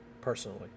personally